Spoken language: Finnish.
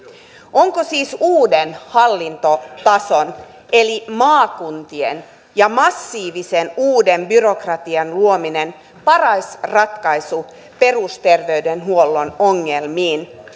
onko siis uuden hallintotason eli maakuntien ja massiivisen uuden byrokratian luominen paras ratkaisu perusterveydenhuollon ongelmiin